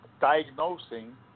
diagnosing